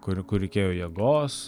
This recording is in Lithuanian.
kur kur reikėjo jėgos